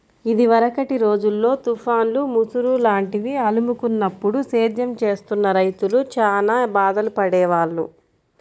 ఇదివరకటి రోజుల్లో తుఫాన్లు, ముసురు లాంటివి అలుముకున్నప్పుడు సేద్యం చేస్తున్న రైతులు చానా బాధలు పడేవాళ్ళు